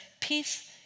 peace